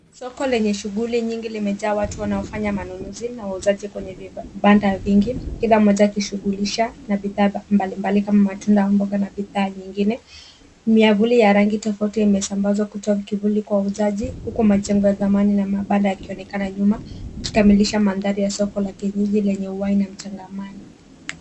Soko lenye shughuli nyingi limejaa watu wanaofanya manunuzi na wauzaji kwenye vibanda vingi kila mmoja akishughulisha na bidhaa mbalimbali kama matunda, mboga na bidhaa nyingine. Miavuli ya rangi tofauti imesambazwa kutoa kivuli kwa wauzaji huku majengo ya zamani na mabanda yakionekana nyuma yakikamilisha mandhari ya soko la kienyeji lenye uhai na mchangamano.